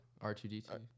r2d2